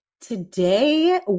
Today